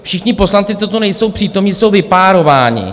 Všichni poslanci, co tu nejsou přítomní, jsou vypárováni.